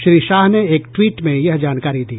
श्री शाह ने एक ट्वीट में ये जानकारी दी